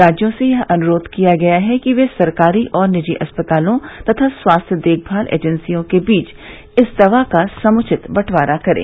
राज्यों से यह अनुरोध किया गया है कि वे सरकारी और निजी अस्पतालों तथा स्वास्थ्य देखभाल एजेंसियों के बीच इस दवा का समुचित बंटवारा करें